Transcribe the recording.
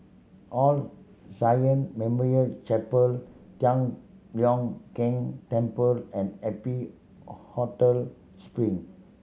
all Memorial Chapel Tian Leong Keng Temple and Happy Hotel Spring